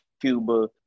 Cuba